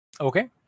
Okay